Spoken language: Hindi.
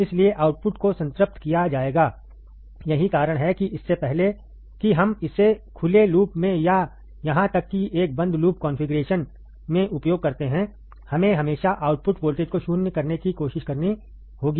इसलिए आउटपुट को संतृप्त किया जाएगा यही कारण है कि इससे पहले कि हम इसे खुले लूप में या यहां तक कि एक बंद लूप कॉन्फ़िगरेशन में उपयोग करते हैं हमें हमेशा आउटपुट वोल्टेज को शून्य करने की कोशिश करनी होगी